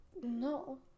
no